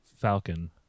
Falcon